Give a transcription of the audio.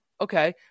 Okay